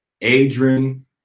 Adrian